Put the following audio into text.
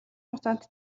хугацаанд